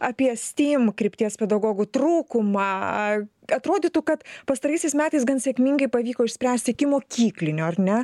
apie stym krypties pedagogų trūkumą atrodytų kad pastaraisiais metais gan sėkmingai pavyko išspręsti ikimokyklinio ar ne